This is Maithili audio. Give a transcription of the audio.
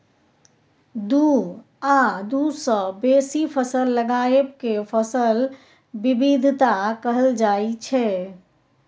दु आ दु सँ बेसी फसल लगाएब केँ फसल बिबिधता कहल जाइ छै